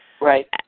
Right